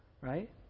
Right